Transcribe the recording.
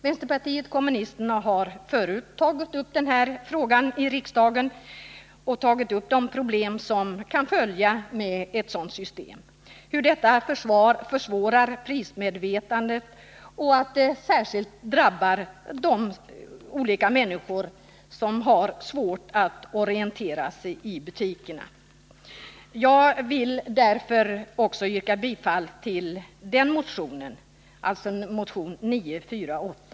Vpk har förut i riksdagen tagit upp de problem som kan följa med detta system, som försämrar prismedvetandet och särskilt drabbar de människor som har svårt att orientera sig i butikerna. Eftersom det överensstämmer med vår tidigare framförda uppfattning yrkar jag därför bifall också till motionen 948.